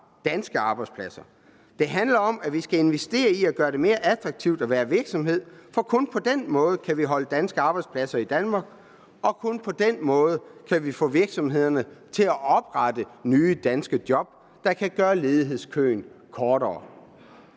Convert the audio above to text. danske arbejdspladser. Det handler om, at vi skal investere i at gøre det mere attraktivt at være virksomhed, for kun på den måde kan vi holde danske arbejdspladser i Danmark, og kun på den måde kan vi få virksomhederne til at oprette nye danske job, der kan gøre ledighedskøen kortere.